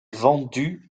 vendue